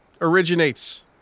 originates